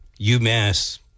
UMass